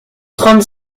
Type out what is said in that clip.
trente